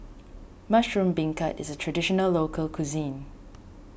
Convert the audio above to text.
Mushroom Beancurd is a Traditional Local Cuisine